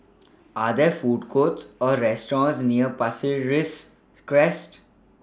Are There Food Courts Or restaurants near Pasir Ris Crest